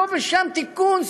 פה ושם תיקון,